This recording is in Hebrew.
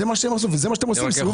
זה מה שאתם עושים, סיבוב על האזרחים.